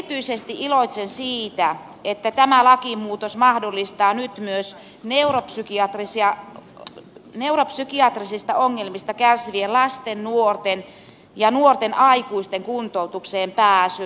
erityisesti iloitsen siitä että tämä lakimuutos mahdollistaa nyt myös neuropsykiatrisista ongelmista kärsivien lasten nuorten ja nuorten aikuisten kuntoutukseen pääsyn